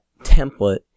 template